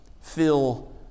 fill